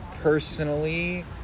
personally